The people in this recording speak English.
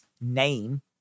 name